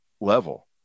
level